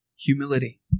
humility